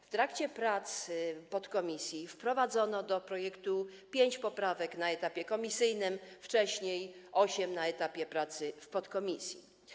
W trakcie prac podkomisji wprowadzono do projektu pięć poprawek na etapie komisyjnym, a wcześniej osiem na etapie pracy w podkomisji.